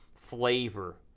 flavor